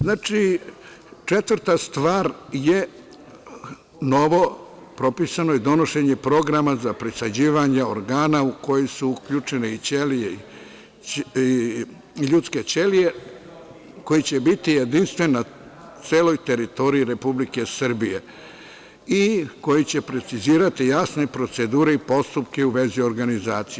Znači, četvrta stvar je novo propisano je donošenje programa za presađivanje organa u koji su uključene i ljudske ćelije koja će biti jedinstvena na celoj teritoriji Republike Srbije i koji će precizirati jasne procedure i postupke u vezi organizacije.